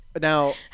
Now